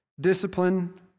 discipline